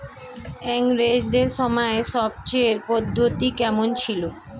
ইঙরেজদের সময় সেচের পদ্ধতি কমন ছিল?